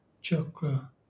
chakra